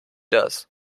das